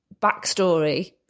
backstory